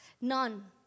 None